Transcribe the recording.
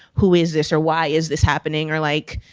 who is this? or, why is this happening? or like,